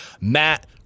Matt